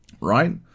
right